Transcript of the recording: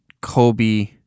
Kobe